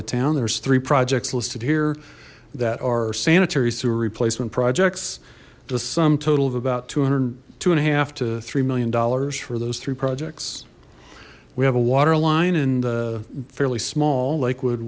of town there's three projects listed here that are sanitary sewer replacement projects to sum total of about two hundred and two and a half to three million dollars for those three projects we have a waterline and fairly small li